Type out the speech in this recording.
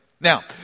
Now